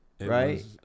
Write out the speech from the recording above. right